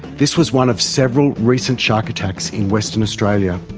this was one of several recent shark attacks in western australia,